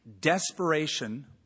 desperation